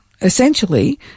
essentially